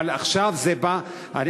אבל עכשיו זה בא,